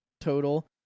total